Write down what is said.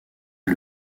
est